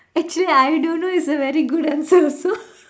actually I don't know it's a very good answer also